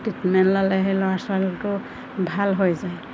treatment ল'লেহে ল'ৰা ছোৱালীবোৰ ভাল হৈ যায়